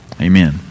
Amen